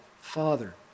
Father